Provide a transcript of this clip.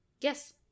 Yes